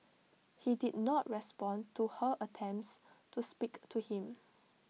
he did not respond to her attempts to speak to him